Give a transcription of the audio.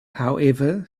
however